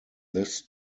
this